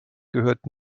gehört